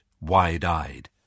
wide-eyed